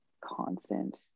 constant